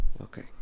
Okay